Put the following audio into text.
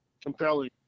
compelling